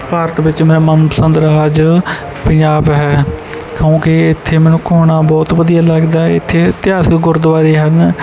ਭਾਰਤ ਵਿੱਚ ਮੇਰਾ ਮਨਪਸੰਦ ਰਾਜ ਪੰਜਾਬ ਹੈ ਕਿਉਂਕਿ ਇੱਥੇ ਮੈਨੂੰ ਘੁੰਮਣਾ ਬਹੁਤ ਵਧੀਆ ਲੱਗਦਾ ਇੱਥੇ ਇਤਿਹਾਸਿਕ ਗੁਰਦੁਆਰੇ ਹਨ